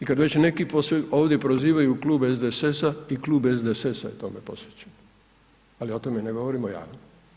I kad već neki ovdje prozivaju Klub SDSS-a i Klub SDDS-a je tome posvećen, ali o tome ne govorimo javno.